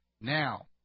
Now